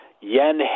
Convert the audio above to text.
Yen